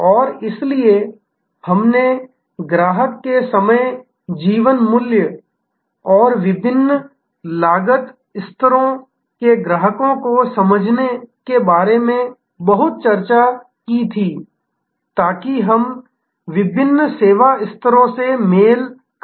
और इसलिए हमने ग्राहक के समय जीवन मूल्य और विभिन्न लागत स्तरों के ग्राहकों को समझने के बारे में बहुत चर्चा की थी ताकि हम विभिन्न सेवा स्तरों से मेल खा सकें